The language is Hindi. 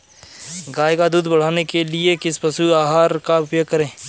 गाय का दूध बढ़ाने के लिए किस पशु आहार का उपयोग करें?